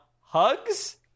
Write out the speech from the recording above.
hugs